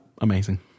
amazing